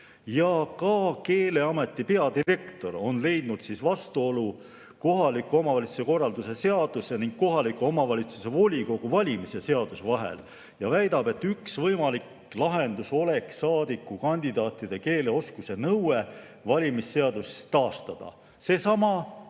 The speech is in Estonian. Ja ka Keeleameti peadirektor on leidnud vastuolu kohaliku omavalitsuse korralduse seaduse ning kohaliku omavalitsuse volikogu valimise seaduse vahel ja väidab, et üks võimalik lahendus oleks saadikukandidaatide keeleoskuse nõue valimisseaduses taastada. See on seesama,